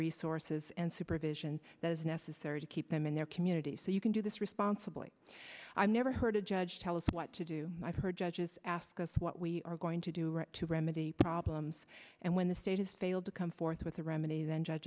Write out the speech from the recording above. resources and supervision that is necessary to keep them in their communities can do this responsibly i've never heard a judge tell us what to do i've heard judges ask us what we are going to do right to remedy problems and when the state has failed to come forth with a remedy then